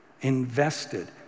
invested